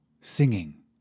Singing